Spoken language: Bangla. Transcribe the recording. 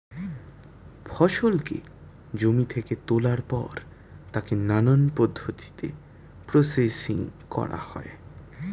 ফসলকে জমি থেকে তোলার পর তাকে নানান পদ্ধতিতে প্রসেসিং করা হয়